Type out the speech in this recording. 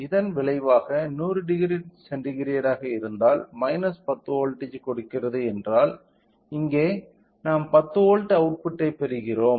இதன் விளைவாக 1000 சென்டிகிரேடாக இருந்தாலும் 10 வோல்ட் கொடுக்கிறது என்றால் இங்கே நாம் 10 வோல்ட் அவுட்புட்டைப் பெறுவோம்